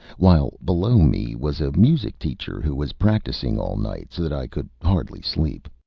while below me was a music-teacher who was practising all night, so that i could hardly sleep.